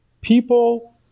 people